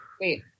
Wait